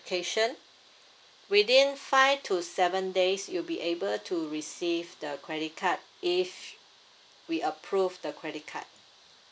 within five to seven days you'll be able to receive the credit card if we approve the credit card